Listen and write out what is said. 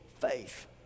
faith